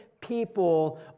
people